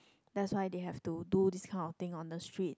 that's why they have to do these kind of thing on the street